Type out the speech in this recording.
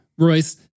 Royce